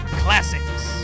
classics